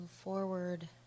forward